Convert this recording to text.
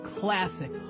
classic